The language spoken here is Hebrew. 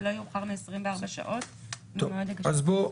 ולא יאוחר מ-24 שעות ממועד הגשת הבקשה.